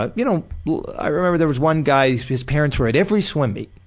but you know i remember there was one guy, his parents were at every swim meet,